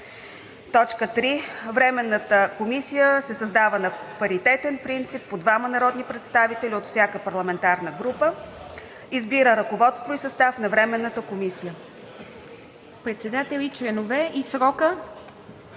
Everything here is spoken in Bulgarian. т. 1. 3. Временната комисия се създава на паритетен принцип – по двама народни представители от всяка парламентарна група. 4. Избира ръководство и състав на Временната комисия, както следва: